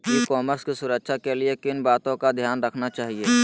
ई commerce की सुरक्षा के लिए किन बातों का ध्यान रखना चाहिए?